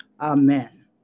Amen